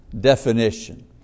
definition